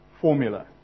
formula